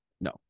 No